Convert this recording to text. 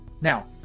Now